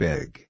Big